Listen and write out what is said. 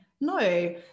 no